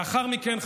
לאחר מכן,